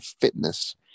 fitness